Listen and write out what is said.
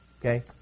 okay